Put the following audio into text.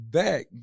back